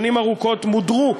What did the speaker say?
ששנים ארוכות מודרו,